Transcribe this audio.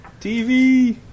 TV